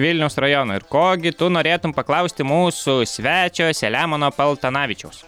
vilniaus rajono ir ko gi tu norėtum paklausti mūsų svečio selemono paltanavičiaus